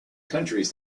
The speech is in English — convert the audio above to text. countries